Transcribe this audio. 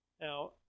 Now